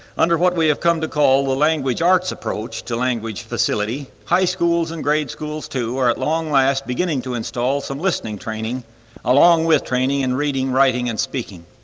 under what we have come to call the language arts approach to language facility, high schools and grade schools, too, are at long last beginning to install some listening training along with training in reading, writing, and speaking.